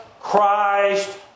Christ